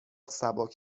سبک